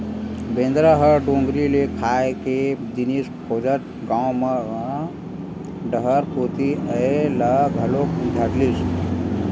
बेंदरा ह डोगरी ले खाए के जिनिस खोजत गाँव म डहर कोती अये ल घलोक धरलिस